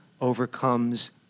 overcomes